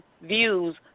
views